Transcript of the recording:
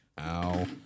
Ow